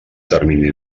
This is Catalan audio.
termini